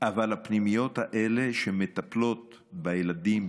אבל הפנימיות האלה שמטפלות בילדים,